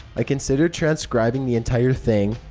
i considered transcribing the entire thing,